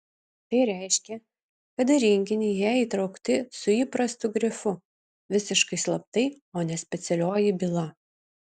tai reiškė kad į rinkinį jie įtraukti su įprastu grifu visiškai slaptai o ne specialioji byla